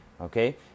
Okay